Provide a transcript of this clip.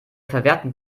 verwerten